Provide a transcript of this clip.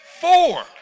four